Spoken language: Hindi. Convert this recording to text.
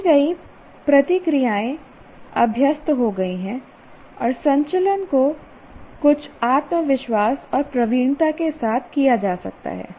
सीखी गई प्रतिक्रियाएं अभ्यस्त हो गई हैं और संचलन को कुछ आत्मविश्वास और प्रवीणता के साथ किया जा सकता है